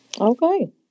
okay